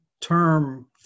term